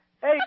Hey